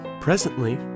Presently